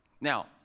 Now